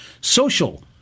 social